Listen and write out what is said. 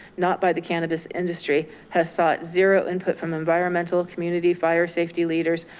not by the cannabis industry has sought zero input from environmental, community, fire safety leaders,